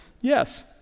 yes